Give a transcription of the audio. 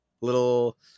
little